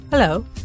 Hello